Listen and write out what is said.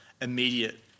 immediate